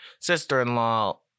sister-in-law